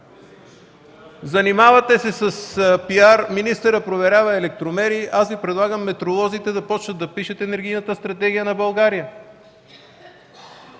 Занимавате се с PR, министърът проверява електромери, аз Ви предлагам метролозите да започнат да пишат Енергийната стратегия на България.